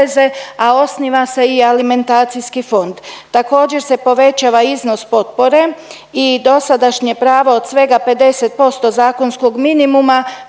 a osniva se i alimentacijski fond. Također, se povećava iznos potpore i dosadašnje pravo od svega 50% zakonskog minimuma